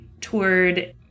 toured